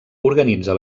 organitza